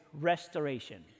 restoration